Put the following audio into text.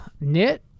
knit